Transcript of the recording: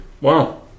Wow